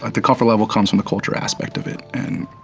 ah the comfort level comes from the culture aspect of it, and,